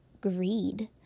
greed